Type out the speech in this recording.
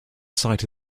site